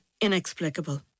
inexplicable